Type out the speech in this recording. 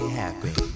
happy